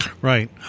Right